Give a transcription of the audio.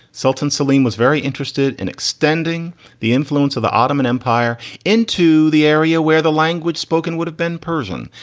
sultan selim was very interested in extending the influence of the ottoman empire into the area where the language spoken would have been persian.